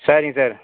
சரிங் சார்